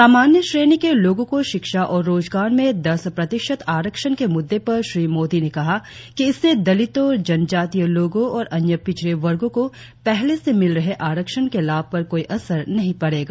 सामान्य श्रेणी के लोगों को शिक्षा और रोजगार में दस प्रतिशत आरक्षण के मुद्दे पर श्री मोदी ने कहा कि इससे दलितों जनजातीय लोगों और अन्य पिछड़े वर्गों को पहले से मिल रहे आरक्षण के लाभ पर कोई असर नहीं पड़ेगा